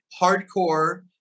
hardcore